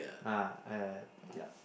ah uh their